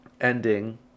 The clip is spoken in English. ending